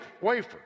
wafer